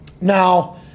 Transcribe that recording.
Now